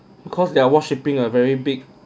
because they are worshipping a very big